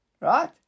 right